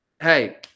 hey